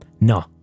No